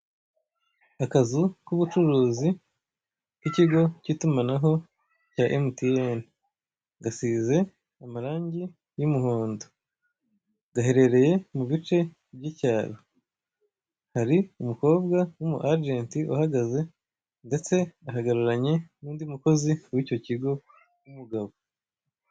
Akazu k'ubucuruzi k'ikigo cy'itumanaho rya emutiyene, gasize amarangi y'umuhondo, gaherereye mu bice by'icyaro, hari umukobwa w'umu ajeti uhagaze, ndetse ahagararanye n'undi mukozi w'icyo kigo w'umugabo.